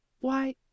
Why